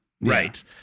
Right